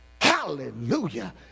Hallelujah